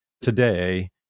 today